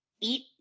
eat